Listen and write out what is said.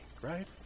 right